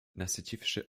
nasyciwszy